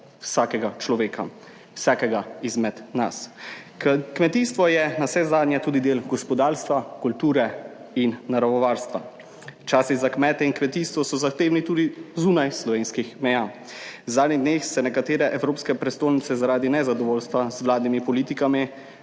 vsakega človeka, vsakega izmed nas. Kmetijstvo je navsezadnje tudi del gospodarstva, kulture in naravo varstva. Časi za kmete in kmetijstvo so zahtevni tudi zunaj slovenskih meja. V zadnjih dneh so nekatere evropske prestolnice zaradi nezadovoljstva z vladnimi politikami